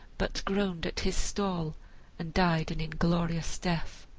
but groaned at his stall and died an inglorious death.